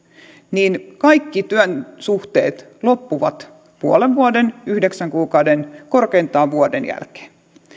niin kaikki työsuhteet loppuvat puolen vuoden yhdeksän kuukauden korkeintaan vuoden jälkeen